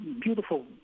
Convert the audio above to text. beautiful